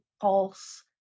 pulse